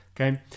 okay